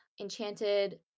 Enchanted